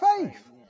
faith